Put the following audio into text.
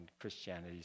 Christianity